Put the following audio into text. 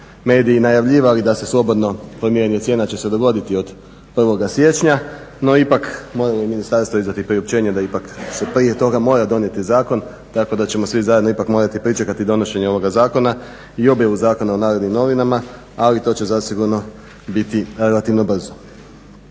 mediji najavljivali da se slobodno formiranje cijena će se dogoditi od 1. siječnja. No ipak, moralo je ministarstvo izdati priopćenje da ipak se prije toga mora donijeti zakon tako da ćemo svi zajedno ipak morati pričekati donošenje ovoga zakona i objavu zakona u Narodnim novinama, ali to će zasigurno biti relativno brzo.